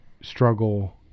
struggle